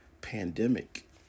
pandemic